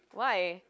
why